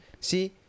See